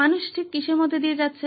মানুষ ঠিক কিসের মধ্য দিয়ে যাচ্ছে